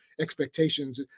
expectations